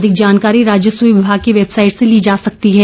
अधिक जानकारी राजस्व विभाग की वैबसाईट से ली जा सकती है